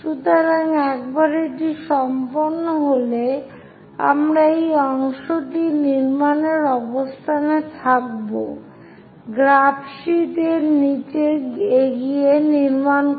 সুতরাং একবার এটি সম্পন্ন হলে আমরা এই অংশটি নির্মাণের অবস্থানে থাকব গ্রাফ শীট এর নিচে এগিয়ে নির্মাণ করতে পারব